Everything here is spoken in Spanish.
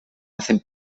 hacen